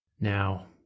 Now